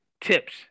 tips